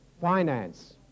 finance